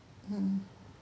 mmhmm